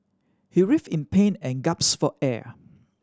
he writhed in pain and gasped for air